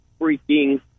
freaking